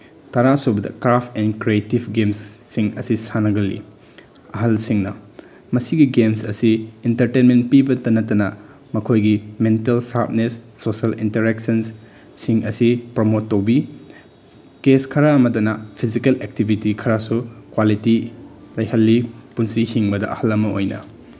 ꯇꯔꯥꯁꯨꯕꯗ ꯀꯥꯞ and creative ꯒꯦꯝꯁꯁꯤꯡ ꯑꯁꯤ ꯁꯥꯟꯅꯒꯜꯂꯤ ꯑꯍꯜꯁꯤꯡꯅ ꯃꯁꯤꯒꯤ ꯒꯦꯝꯁ ꯑꯁꯤ ꯏꯟꯇꯔꯇꯦꯟꯃꯦꯟ ꯄꯤꯕꯇ ꯅꯠꯇꯅ ꯃꯈꯣꯏꯒꯤ ꯃꯦꯟꯇꯦꯜ ꯁꯥꯔꯞꯅꯦꯁ ꯁꯣꯁꯦꯜ ꯏꯟꯇꯔꯦꯛꯁꯟꯁꯁꯤꯡ ꯑꯁꯤ ꯄ꯭ꯔꯃꯣꯠ ꯇꯧꯕꯤ ꯀꯦꯁ ꯈꯔ ꯑꯃꯗꯅ ꯐꯤꯖꯤꯀꯦꯜ ꯑꯦꯛꯇꯤꯚꯤꯇꯤ ꯈꯔꯁꯨ ꯀ꯭ꯋꯥꯂꯤꯇꯤ ꯂꯩꯍꯜꯂꯤ ꯄꯨꯟꯁꯤ ꯍꯤꯡꯕꯗ ꯑꯍꯜ ꯑꯃ ꯑꯣꯏꯅ